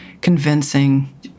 convincing